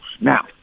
Now